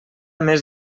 més